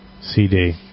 CD